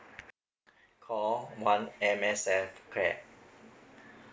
call one M_S_F clap